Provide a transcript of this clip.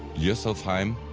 ljossalfheim,